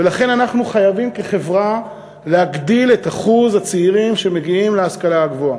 ולכן אנחנו חייבים כחברה להגדיל את אחוז הצעירים שמגיעים להשכלה הגבוהה.